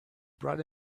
brought